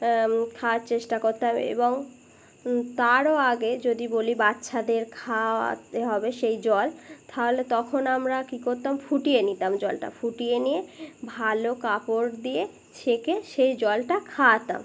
খাওয়ার চেষ্টা করতাম এবং তারও আগে যদি বলি বাচ্ছাদের খাওয়াতে হবে সেই জল তাহলে তখন আমরা ক করতাম ফুটিয়ে নিতাম জলটা ফুটিয়ে নিয়ে ভালো কাপড় দিয়ে ছেঁকে সেই জলটা খাওয়াতাম